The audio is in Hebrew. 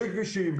בלי כבישים,